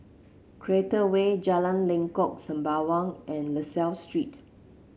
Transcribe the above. Create Way Jalan Lengkok Sembawang and La Salle Street